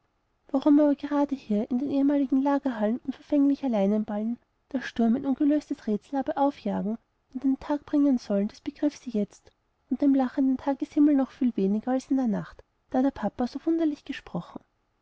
warum aber gerade hier in den ehemaligen lagerräumen unverfänglicher leinenballen der sturm ein ungelöstes rätsel habe aufjagen und an den tag bringen sollen das begriff sie jetzt unter dem lachenden tageshimmel noch viel weniger als in der nacht da der papa so wunderlich gesprochen